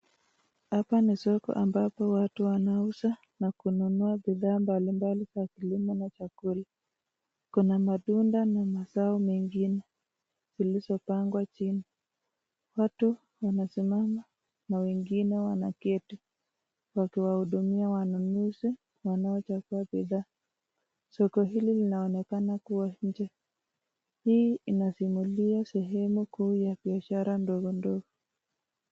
Hapa ni soko ambapo watu wanauza na kununua bidhaa mbalimbali za kilimo na chakula. Kuna matunda na mazao mengine zilizopangwa chini. Watu wanasimama na wengine wanaketi wakiwahudumia wanunuzi wanaochagua bidhaa. Soko hili linaonekana kuwa nje. Hii inasimulia sehemu kuu ya biashara ndogondogo.